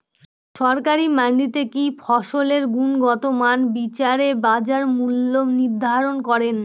সরকারি মান্ডিতে কি ফসলের গুনগতমান বিচারে বাজার মূল্য নির্ধারণ করেন?